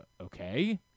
Okay